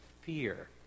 fear